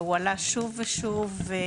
והועלה שוב ושוב.